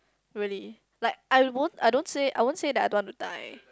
really like I won't I don't say I won't say that I don't want to die